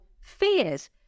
fears